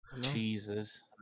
Jesus